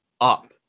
up